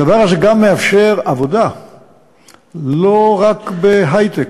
הדבר הזה גם מאפשר עבודה לא רק בהיי-טק.